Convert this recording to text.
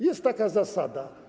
Jest taka zasada.